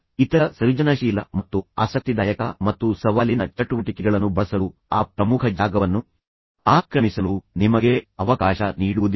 ಆದ್ದರಿಂದ ಇತರ ಸೃಜನಶೀಲ ಮತ್ತು ಆಸಕ್ತಿದಾಯಕ ಮತ್ತು ಸವಾಲಿನ ಚಟುವಟಿಕೆಗಳನ್ನು ಬಳಸಲು ಆ ಪ್ರಮುಖ ಜಾಗವನ್ನು ಆಕ್ರಮಿಸಲು ನಿಮಗೆ ಅವಕಾಶ ನೀಡುವುದಿಲ್ಲ